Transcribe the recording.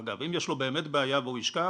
אם יש לו באמת בעיה והוא ישכח